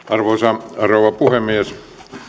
arvoisa rouva puhemies